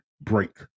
break